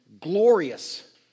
glorious